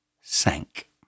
sank